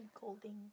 Golding